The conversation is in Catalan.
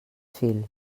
fil